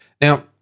Now